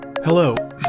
Hello